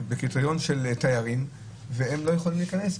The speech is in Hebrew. בקריטריון של תיירים והם לא יכולים להיכנס,